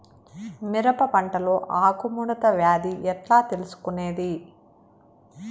మిరప పంటలో ఆకు ముడత వ్యాధి ఎట్లా తెలుసుకొనేది?